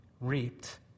reaped